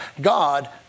God